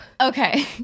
Okay